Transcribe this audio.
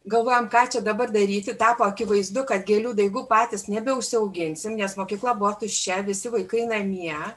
galvojom ką čia dabar daryti tapo akivaizdu kad gėlių daigų patys nebeužsiauginsim nes mokykla buvo tuščia visi vaikai namie